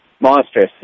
monstrous